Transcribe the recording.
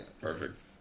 Perfect